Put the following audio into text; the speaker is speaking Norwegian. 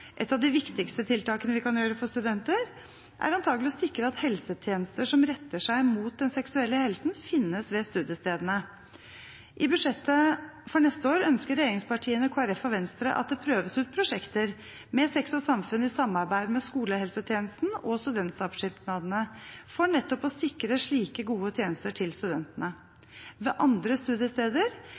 Et av de viktigste tiltakene vi kan gjøre for studenter, er antakelig å sikre at helsetjenester som retter seg mot den seksuelle helsen, finnes ved studiestedene. I budsjettet for neste år ønsker regjeringspartiene, Kristelig Folkeparti og Venstre at det prøves ut prosjekter med Sex og Samfunn i samarbeid med skolehelsetjenesten og studentsamskipnadene for nettopp å sikre slike gode tjenester til studentene. Ved andre studiesteder